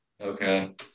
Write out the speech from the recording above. Okay